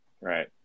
Right